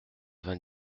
vingt